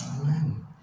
Amen